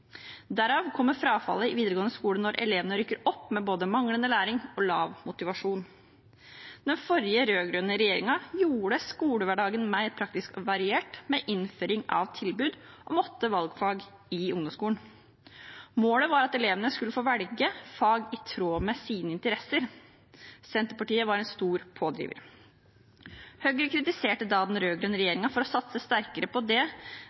Derav kommer frafallet i videregående skole når elevene rykker opp med både manglende læring og lav motivasjon. Den forrige rød-grønne regjeringen gjorde skolehverdagen mer praktisk og variert, med innføring av tilbud om åtte valgfag i ungdomsskolen. Målet var at elevene skulle få velge fag i tråd med sine interesser. Senterpartiet var en stor pådriver. Høyre kritiserte da den rød-grønne regjeringen for å satse sterkere på det